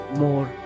more